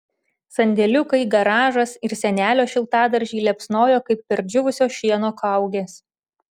sandėliukai garažas ir senelio šiltadaržiai liepsnojo kaip perdžiūvusio šieno kaugės